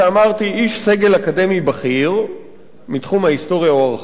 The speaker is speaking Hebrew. איש סגל אקדמי בכיר מתחום ההיסטוריה או הארכיאולוגיה,